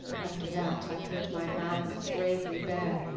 after that i would my madness bravely bear,